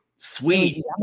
sweet